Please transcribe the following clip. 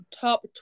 top